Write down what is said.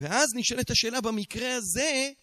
ואז נשאלת השאלה במקרה הזה